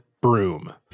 broom